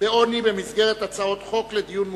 בעוני במסגרת הצעות חוק לדיון מוקדם.